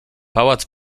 pałac